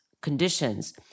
conditions